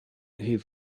his